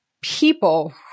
people